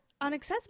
unaccessible